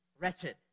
wretched